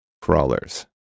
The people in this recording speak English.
Crawlers